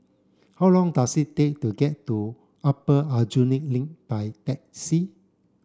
how long does it take to get to Upper Aljunied Link by taxi